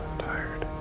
tired.